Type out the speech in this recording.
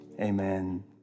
amen